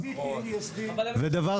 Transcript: ודבר